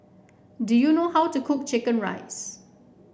do you know how to cook chicken rice